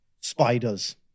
Spiders